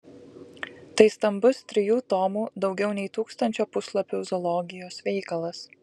tai stambus trijų tomų daugiau nei tūkstančio puslapių zoologijos veikalas